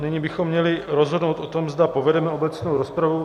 Nyní bychom měli rozhodnout o tom, zda povedeme obecnou rozpravu.